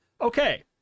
okay